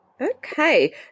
okay